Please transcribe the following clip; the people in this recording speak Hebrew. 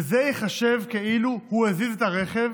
וזה ייחשב כאילו הוא הזיז את הרכב